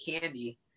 Candy